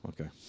Okay